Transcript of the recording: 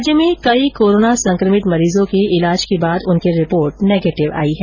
राज्य में कई कोरोना संक्रमित मरीजों के ईलाज के बाद उनकी रिपोर्ट नेगेटिव आई है